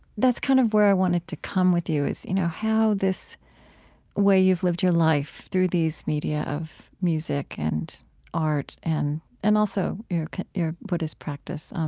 that's kind of where i wanted to come with you. you know, how this way you've lived your life through these media of music and art and and also your your buddhist practice. um